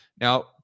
Now